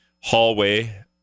hallway